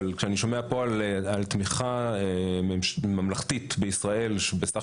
וכשאני שומע על תמיכה ממלכתית בישראל בסך